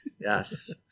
Yes